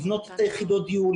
לבנות את יחידות הדיור,